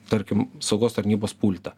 tarkim saugos tarnybos pultą